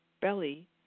belly